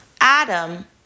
Adam